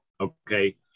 Okay